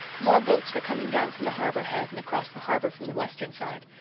more boats were coming down from the harbour head and across the harbour from the western side.